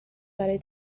برای